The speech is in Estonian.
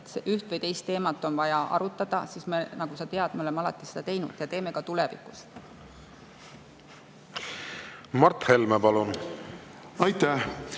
et üht või teist teemat on vaja arutada, siis me, nagu sa tead, oleme alati seda teinud ja teeme ka tulevikus. Suur tänu! Nagu sa